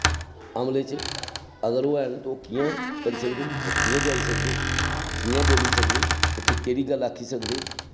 अमले च अगर होऐ ते ओह् कि'यां करी सकदे ओह् कि'यां जाई सकदे कि'यां बोल्ली सकदे उत्थै केह्ड़ी गल्ल आक्खी सकदे